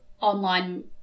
online